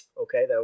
Okay